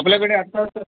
आपल्याकडे आत्ता तरं